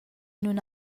nun